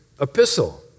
epistle